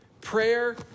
prayer